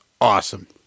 awesome